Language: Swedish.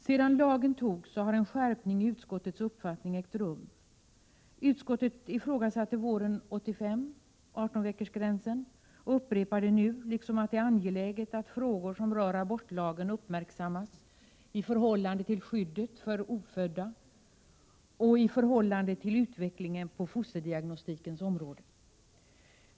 Sedan lagen antogs har en skärpning av utskottets uppfattning ägt rum. Utskottet ifrågasatte våren 1985 18-veckorsgränsen och upprepar det nu, liksom att det är angeläget att frågor som rör abortlagen uppmärksammas i förhållande till skyddet för ofödda och i förhållande till utvecklingen på fosterdiagnostikens område.